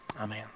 Amen